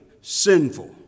sinful